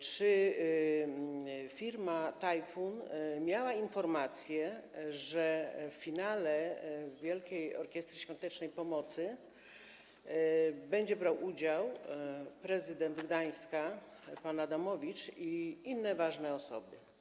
Czy firma Tajfun miała informacje, że w finale Wielkiej Orkiestry Świątecznej Pomocy będzie brał udział prezydent Gdańska pan Adamowicz i inne ważne osoby?